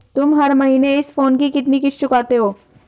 तुम हर महीने इस फोन की कितनी किश्त चुकाते हो?